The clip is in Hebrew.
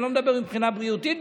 אני לא מדבר מבחינה בריאותית,